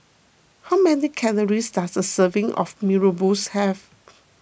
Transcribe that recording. how many calories does a serving of Mee Rebus have